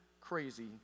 crazy